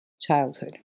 childhood